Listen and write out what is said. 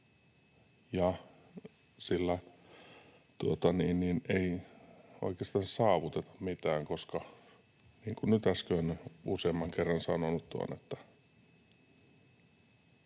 sillä ei oikeastaan saavuteta mitään. Kuten nyt äsken ja useamman kerran olen